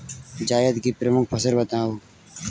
जायद की प्रमुख फसल बताओ